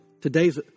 Today's